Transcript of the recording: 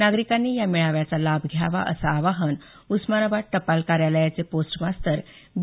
नागरिकांनी या मेळाव्याचा लाभ घ्यावा असं आवाहन उस्मानाबाद टपाल कार्यालयाचे पोस्ट मास्तर बी